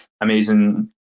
amazing